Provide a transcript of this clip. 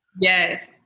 Yes